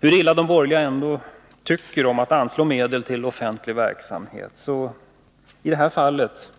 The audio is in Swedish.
Hur illa de borgerliga än tycker om att anslå medel till offentlig verksamhet, är det i detta fall ett